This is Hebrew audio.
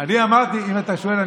אם אתה שואל,